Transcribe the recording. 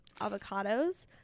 avocados